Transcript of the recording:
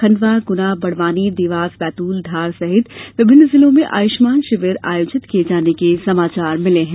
खंडवा गुना बडवानी देवास बैतूल धार सहित विभिन्न जिलों में आयुष्मान शिविर आयोजित र्किये जाने के समाचार मिले हैं